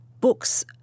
books